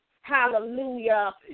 hallelujah